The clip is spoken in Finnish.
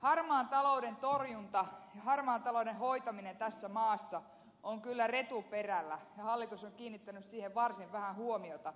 harmaan talouden torjunta ja harmaan talouden hoitaminen tässä maassa on kyllä retuperällä ja hallitus on kiinnittänyt siihen varsin vähän huomiota